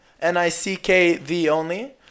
N-I-C-K-the-only